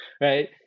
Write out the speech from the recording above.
right